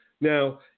Now